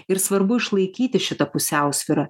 ir svarbu išlaikyti šitą pusiausvyrą